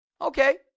Okay